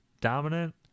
Dominant